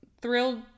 thrilled